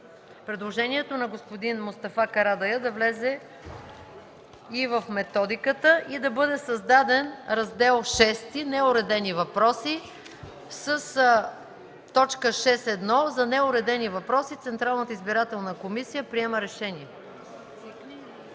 Предложението на господин Карадайъ да влезе и в методиката и да бъде създаден Раздел VІ – „Неуредени въпроси”, с т. 6.1.: „За неуредени въпроси Централната избирателна комисия приема решение”.